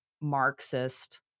Marxist